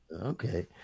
Okay